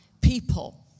people